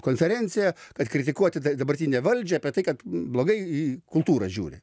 konferenciją kad kritikuoti dabartinę valdžią apie tai kad blogai į kultūrą žiūri